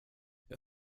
jag